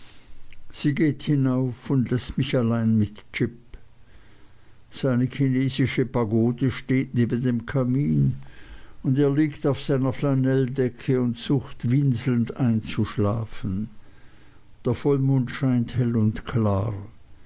sie geht hinauf und läßt mich allein mit jip seine chinesische pagode steht neben dem kamin und er liegt auf seiner flanelldecke und sucht winselnd einzuschlafen der vollmond scheint hell und klar